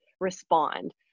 respond